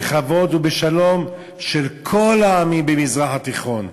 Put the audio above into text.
בכבוד ובשלום של כל העמים במזרח התיכון".